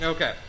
Okay